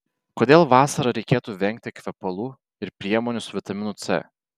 kodėl vasarą reikėtų vengti kvepalų ir priemonių su vitaminu c